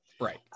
right